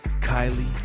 Kylie